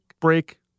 break